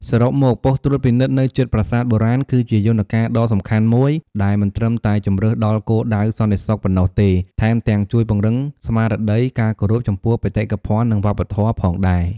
សរុបមក បុស្តិ៍ត្រួតពិនិត្យនៅជិតប្រាសាទបុរាណ គឺជាយន្តការដ៏សំខាន់មួយដែលមិនត្រឹមតែបម្រើដល់គោលដៅសន្តិសុខប៉ុណ្ណោះទេ ថែមទាំងជួយពង្រឹងស្មារតី ការគោរពចំពោះបេតិកភណ្ឌ និងវប្បធម៌ ផងដែរ។